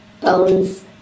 Bones